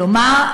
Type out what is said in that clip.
כלומר,